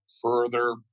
further